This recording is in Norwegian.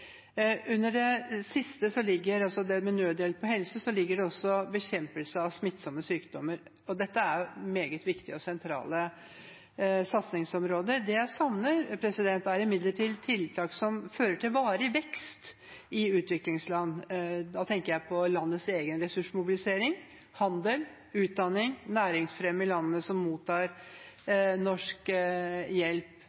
det med nødhjelp og helse ligger også bekjempelse av smittsomme sykdommer. Dette er meget viktige og sentrale satsingsområder. Det jeg savner, er imidlertid tiltak som fører til varig vekst i utviklingsland. Da tenker jeg på landets egen ressursmobilisering, handel, utdanning, næringsfremme i landene som mottar